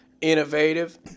Innovative